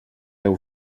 deu